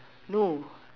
no